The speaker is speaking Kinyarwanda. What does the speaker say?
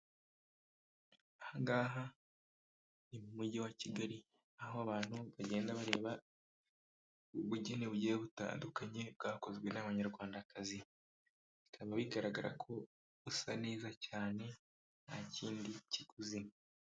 Aha ngaha, ni mu mujyi wa Kigali, aho abantu bagenda bareba ubugeni bugiye butandukanye, bwakozwe n'abanyarwandakazi. Bikaba bigaragara ko busa neza cyane nta kindi kiguzi.